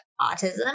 autism